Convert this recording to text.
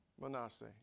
Manasseh